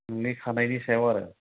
नोंनि खानायनि सायाव आरो